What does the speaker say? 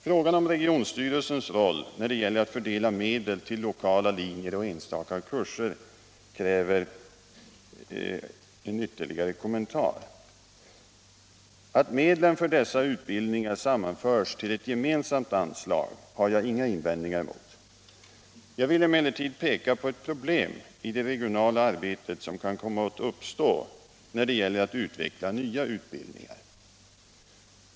Frågan om regionstyrelsens roll när det gäller att fördela medel till lokala linjer och enstaka kurser kräver en ytterligare kommentar. Att medlen för dessa utbildningar sammanförs till ett gemensamt anslag har jag inga invändningar emot. Jag vill emellertid peka på ett problem i det regionala arbetet som kan komma att uppstå när det gäller att utveckla nya utbildningar.